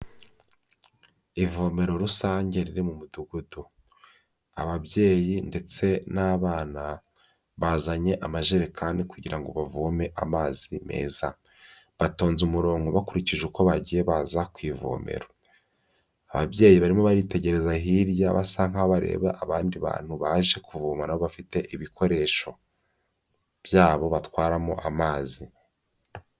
Ivomero rusange riri mu mudugudu, ababyeyi ndetse n'abana bazanye amajerekani kugira ngo bavome amazi meza, batonze umurongo bakurikije uko bagiye baza kuvomera, ababyeyi barimo baritegereza hirya basa nk'aho bareba abandi bantu baje kuvoma nabo bafite ibikoresho, byabo batwaramo amazi.